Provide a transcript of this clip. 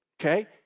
Okay